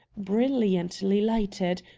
brilliantly lighted,